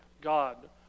God